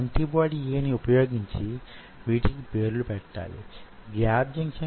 ఇది ముందుకీ వెనక్కీ యీ విధంగా కదులుతుంది అనుకుందాం